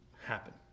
happen